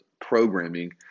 programming